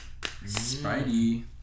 Spidey